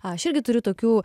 aš irgi turiu tokių